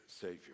savior